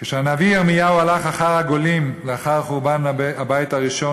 כשהנביא ירמיהו הלך אחר הגולים לאחר חורבן הבית הראשון,